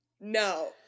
no